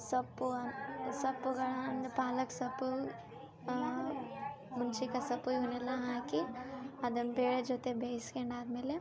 ಸೊಪ್ಪು ಸೊಪ್ಪುಗಳಂದರೆ ಪಾಲಕ್ ಸೊಪ್ಪು ಮುಂಚಿಕ ಸೊಪ್ಪು ಇವನ್ನೆಲ್ಲಾ ಹಾಕಿ ಅದನ್ನ ಬೇಳೆ ಜೊತೆ ಬೇಯ್ಸ್ಕಂಡು ಆದ್ಮೇಲೆ